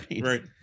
Right